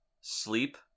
sleep